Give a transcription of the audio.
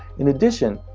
in addition,